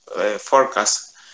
forecast